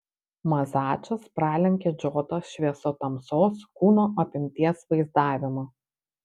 mazačas pralenkė džotą šviesotamsos kūno apimties vaizdavimu